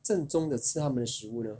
正宗的吃他们的食物了